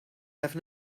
have